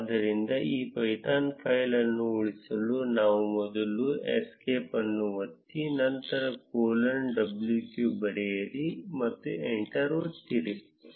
ಆದ್ದರಿಂದ ಈ Python file ಅನ್ನು ಉಳಿಸಲು ನಾವು ಮೊದಲು ಎಸ್ಕೇಪ್ ಅನ್ನು ಒತ್ತಿ ನಂತರ ಕೊಲೊನ್ wq ಬರೆಯಿರಿ ಮತ್ತು ಎಂಟರ್ ಒತ್ತಿರಿ